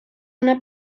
una